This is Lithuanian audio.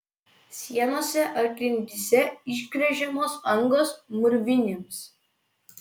sienose ar grindyse išgręžiamos angos mūrvinėms